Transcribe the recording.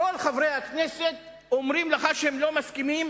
כל חברי הכנסת אומרים לך שהם לא מסכימים